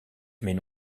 mais